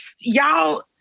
y'all